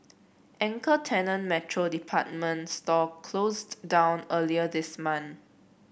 anchor tenant Metro department store closed down earlier this month